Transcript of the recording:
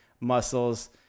muscles